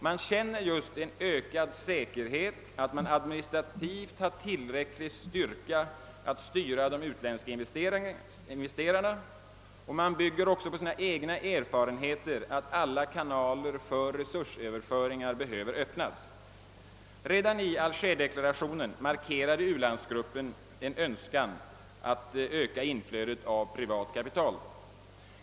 Man känner en ökad säkerhet, att man administrativt har tillräcklig styrka att styra de utländska investerarna, och man bygger också på sina egna erfarenheter, att alla kanaler för resursökningar behöver öppnas. Redan i Algerdeklarationen markerade u-landsgruppen en önskan att öka inflödet av privat kapital.